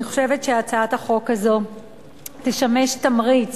אני חושבת שהצעת החוק הזאת תשמש תמריץ